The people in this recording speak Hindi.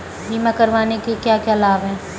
बीमा करवाने के क्या क्या लाभ हैं?